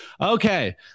Okay